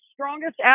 strongest